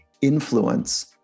influence